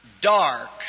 dark